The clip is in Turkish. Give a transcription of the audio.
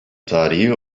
tarihi